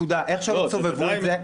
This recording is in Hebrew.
איך שלא תסובבו את זה,